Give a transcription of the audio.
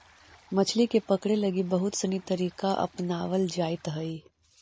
मछली के पकड़े लगी बहुत सनी तरीका अपनावल जाइत हइ